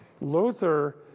Luther